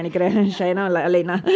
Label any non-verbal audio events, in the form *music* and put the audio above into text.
*laughs*